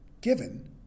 given